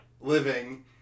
living